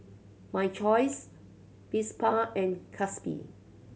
My Choice Vespa and Gatsby